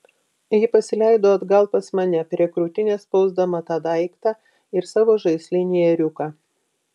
ji pasileido atgal pas mane prie krūtinės spausdama tą daiktą ir savo žaislinį ėriuką